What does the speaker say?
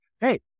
Hey